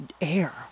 air